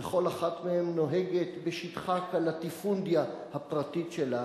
וכל אחת מהן נוהגת בשטחה כבלטיפונדיה הפרטית שלה,